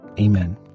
Amen